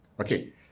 Okay